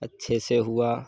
अच्छे से हुआ